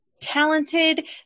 talented